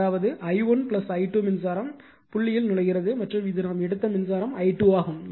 அதாவது i1 i2 மின்சாரம் புள்ளியில் நுழைகிறது மற்றும் இது நாம் எடுத்த மின்சாரம் i2 ஆகும்